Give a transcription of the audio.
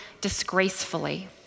disgracefully